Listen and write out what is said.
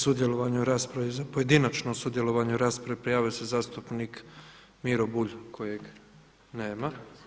Za sudjelovanje u raspravi, za pojedinačno sudjelovanje u raspravi prijavio se zastupnik Miro Bulj kojeg nema.